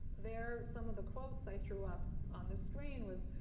they're some of the quotes i threw up on the screen was,